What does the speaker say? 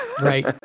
right